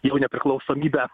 jau nepriklausomybę